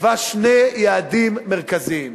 קבעה שני יעדים מרכזיים: